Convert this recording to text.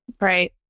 right